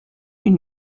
une